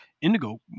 indigo